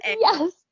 Yes